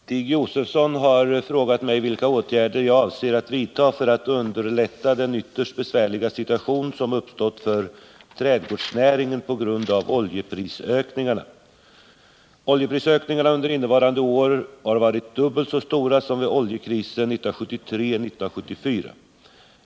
Herr talman! Stig Josefson har frågat mig vilka åtgärder jag avser att vidta för att underlätta den ytterst besvärliga situation som uppstått för trädgårdsnäringen på grund av oljeprisökningarna. Oljeprisökningarna under innevarande år har varit dubbelt så stora som vid oljekrisen 1973-1974.